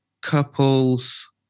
couples